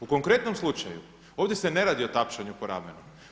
U konkretnom slučaju ovdje se ne radi o tapšanju po ramenu.